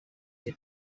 the